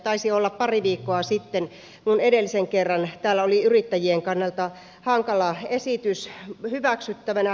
taisi olla pari viikkoa sitten kun edellisen kerran täällä oli yrittäjien kannalta hankala esitys hyväksyttävänä